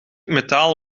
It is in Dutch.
metaal